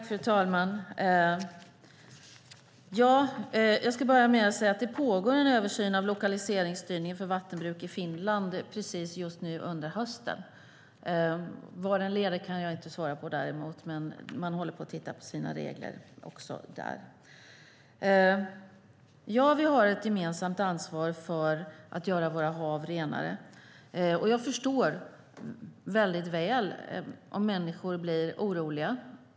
Fru talman! Jag ska börja med att säga att det pågår en översyn av lokaliseringsstyrning för vattenbruk i Finland just nu under hösten. Vad den leder till kan jag inte svara på, men man håller på att titta på sina regler där. Ja, vi har ett gemensamt ansvar för att göra våra hav renare. Jag förstår väldigt väl om människor blir oroliga.